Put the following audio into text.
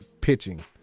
pitching